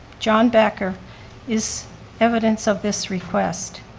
john bacher is evidence of this request.